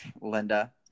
Linda